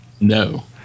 No